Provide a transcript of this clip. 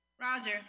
Roger